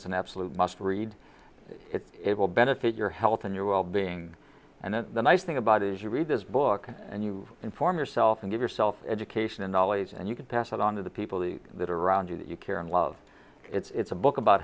it's an absolute must read it will benefit your health and your well being and it the nice thing about it is you read this book and you inform yourself and give yourself education and knowledge and you can pass it on to the people that are around you that you care and love it's a book about